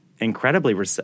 incredibly